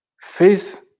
face